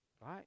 right